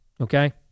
okay